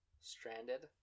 stranded